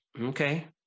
Okay